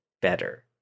better